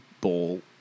ball